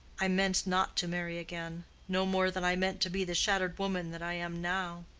i meant not to marry again no more than i meant to be the shattered woman that i am now.